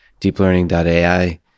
deeplearning.ai